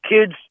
kids